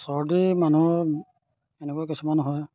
চৰ্দি মানুহ এনেকুৱা কিছুমান হয়